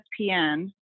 ESPN